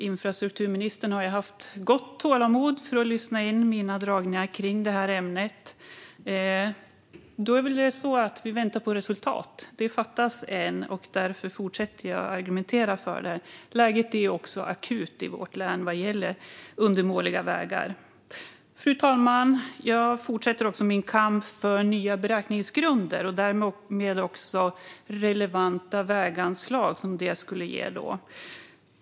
Infrastrukturministern har haft gott tålamod med mina dragningar i detta ämne tidigare, men vi väntar fortfarande på resultat, och därför fortsätter jag att argumentera. Läget i vårt län är akut vad gäller undermåliga vägar. Fru talman! Jag fortsätter också min kamp för nya beräkningsgrunder och därmed också för de relevanta väganslag som detta skulle ge.